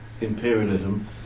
imperialism